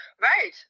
Right